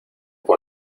por